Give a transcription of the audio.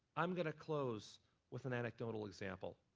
i'm going to close with an anecdotal example.